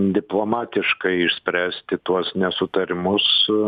diplomatiškai išspręsti tuos nesutarimus